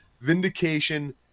vindication